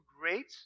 great